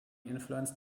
influenced